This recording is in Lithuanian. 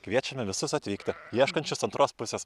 kviečiame visus atvykti ieškančius antros pusės